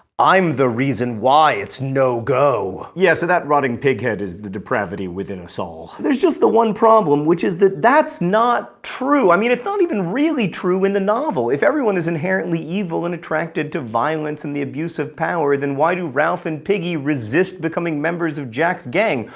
i'm the reason why it's no-go. yeah, so that rotting pig head is the depravity within us all. there's just the one problem, which is that that's not true. i mean, it's not even really true in the novel. if everyone is inherently evil and attracted to violence and the abuse of power, then why do ralph and piggy resist becoming members of jack's gang?